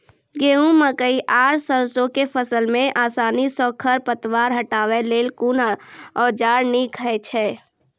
गेहूँ, मकई आर सरसो के फसल मे आसानी सॅ खर पतवार हटावै लेल कून औजार नीक है छै?